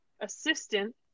assistant